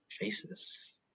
Faces